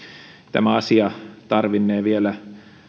tämä asia tarvinnee vielä